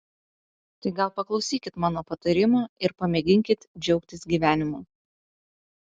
tai gal paklausykit mano patarimo ir pamėginkit džiaugtis gyvenimu